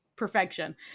perfection